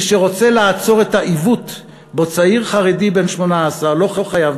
מי שרוצה לעצור את העיוות שבו צעיר חרדי בן 18 לא חייב